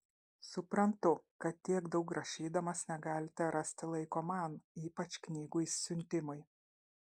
suprantu kad tiek daug rašydamas negalite rasti laiko man ypač knygų išsiuntimui